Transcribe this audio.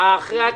אחרי התיקון?